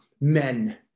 men